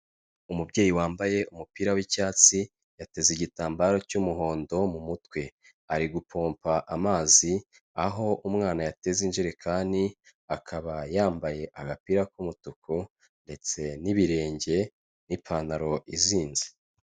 Umubyeyi wambaye umupira w'icyatsi yateze igitambaro cy'umuhondo mu mutwe, ari gupompa amazi aho umwana yateze ijerekani akaba yambaye agapira k'umutuku ndetse n'ibirenge n'ipantaro izinze.